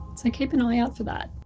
and keep an eye out for that!